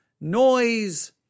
noise